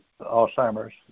Alzheimer's